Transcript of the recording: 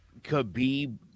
Khabib